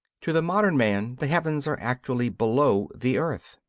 to the modern man the heavens are actually below the earth.